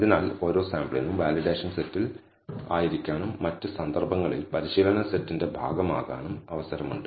അതിനാൽ ഓരോ സാമ്പിളിനും വാലിഡേഷൻ സെറ്റിൽ ആയിരിക്കാനും മറ്റ് സന്ദർഭങ്ങളിൽ പരിശീലന സെറ്റിന്റെ ഭാഗമാകാനും അവസരമുണ്ട്